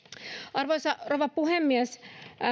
arvoisa rouva puhemies